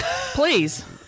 please